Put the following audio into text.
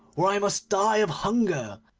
or i must die of hunger.